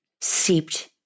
seeped